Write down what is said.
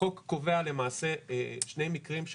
החוק קובע למעשה שני מקרים,